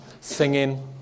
singing